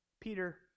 Peter